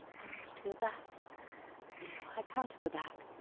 i must go back no i can't go back,